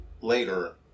later